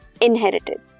inherited